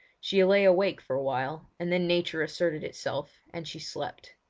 she lay awake for awhile, and then nature asserted itself, and she slept.